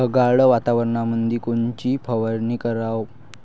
ढगाळ वातावरणामंदी कोनची फवारनी कराव?